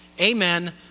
Amen